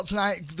Tonight